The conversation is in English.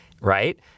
right